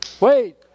Wait